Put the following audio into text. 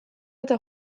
eta